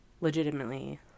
legitimately